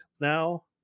now